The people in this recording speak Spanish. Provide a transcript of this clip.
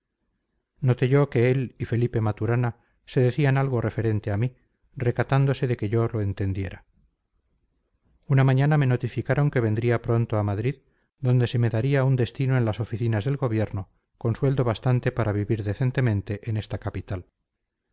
noté yo que él y felipe maturana se decían algo referente a mí recatándose de que yo lo entendiera una mañana me notificaron que vendría pronto a madrid donde se me daría un destino en las oficinas del gobierno con sueldo bastante para vivir decentemente en esta capital